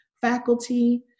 faculty